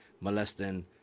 molesting